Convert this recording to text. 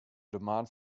demand